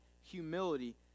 humility